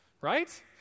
right